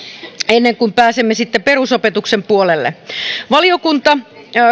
ennen kuin pääsemme sitten perusopetuksen puolelle valiokunta